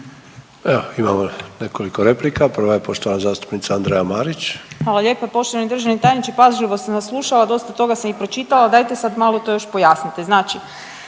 Evo imamo nekoliko replika, prva je poštovana zastupnica Andreja Marić. **Marić, Andreja (SDP)** Hvala lijepa. Poštovani državni tajniče, pažljivo sam vas slušala dosta toga sam i pročitala, dajte sad malo to još pojasnite.